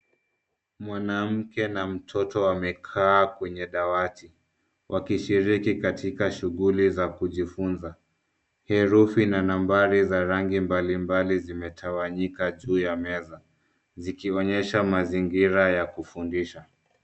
Mwanamke na mtoto wamekaa kwenye dawati, wakishiriki katika shughuli za kujifunza. Herufi na nambari za rangi mbalimbali zimetawanyika juu ya meza, zikionyesha mazingira ya kufundishia.